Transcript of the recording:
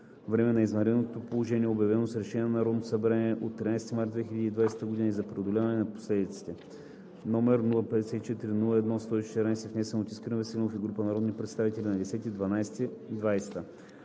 време на извънредното положение, обявено с решение на Народното събрание от 13 март 2020 г., и за преодоляване на последиците, № 054-01-114, внесен от Искрен Веселинов и група народни представители на 10 декември